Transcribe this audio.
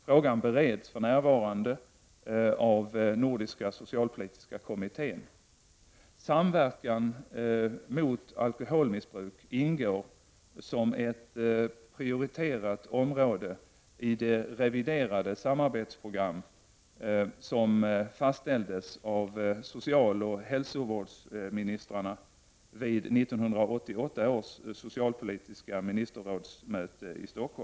Frågan bereds för närvarande av nordiska socialpolitiska kommittén. Samverkan mot alkoholmissbruk ingår som ett prioriterat område i det reviderade samarbetsprogram som fastställdes av socialoch hälsovårdsministrarna vid 1988 års socialpolitiska ministerrådsmöte i Sverige.